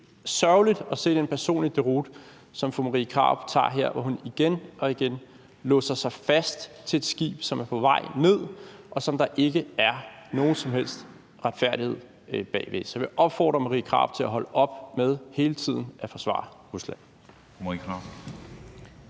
sørgeligt at se den personlige deroute, som fru Marie Krarup tager her, hvor hun igen og igen låser sig fast til et skib, som er på vej ned, og som der ikke er nogen som helst retfærdighed bag ved. Så jeg vil opfordre Marie Krarup til at holde op med hele tiden at forsvare Rusland.